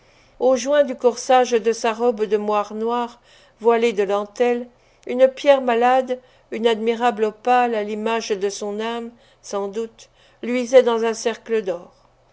au joint du corsage de sa robe de moire noire voilée de dentelles une pierre malade une admirable opale à l'image de son âme sans doute luisait dans un cercle d'or